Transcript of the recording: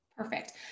Perfect